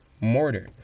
mortar